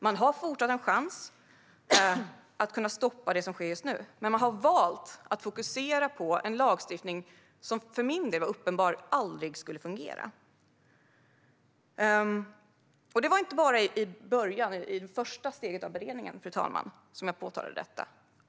Man har fortfarande en chans att stoppa det som sker just nu, men man har valt att fokusera på en lagstiftning som det enligt mig var uppenbart aldrig skulle fungera. Det var inte bara i det första steget av beredningen, fru talman, som jag påtalade detta.